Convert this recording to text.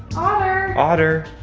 otter! otter!